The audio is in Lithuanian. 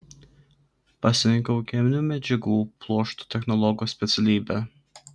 pasirinkau cheminių medžiagų pluoštų technologo specialybę